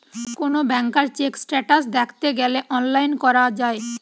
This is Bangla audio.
কোন ব্যাংকার চেক স্টেটাস দ্যাখতে গ্যালে অনলাইন করা যায়